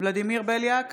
ולדימיר בליאק,